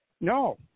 No